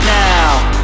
now